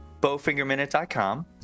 BowfingerMinute.com